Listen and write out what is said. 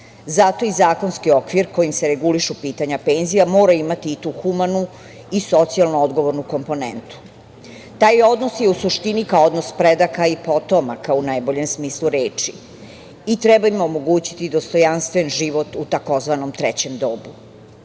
Zato i zakonski okvir kojim se regulišu pitanja penzija mora imati i tu humanu i socijalno odgovornu komponentu. Taj odnos je u suštini kao odnos predaka i potomaka, u najboljem smislu reči. Treba im omogućiti dostojanstven život u takozvanom trećem dobu. Naš